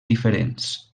diferents